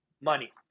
money